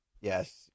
Yes